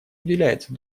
уделяется